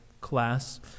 class